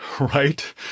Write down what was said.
right